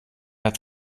hat